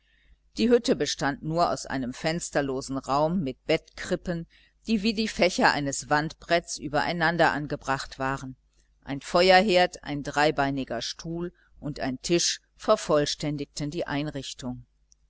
die hütte bestand nur aus einem fensterlosen raum mit bettkrippen die wie die fächer eines wandbretts übereinander angebracht waren ein feuerherd ein dreibeiniger stuhl und ein tisch vervollständigten die einrichtung